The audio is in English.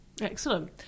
excellent